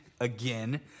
again